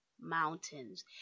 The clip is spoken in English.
mountains